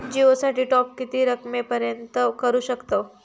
जिओ साठी टॉप किती रकमेपर्यंत करू शकतव?